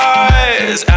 eyes